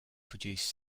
produced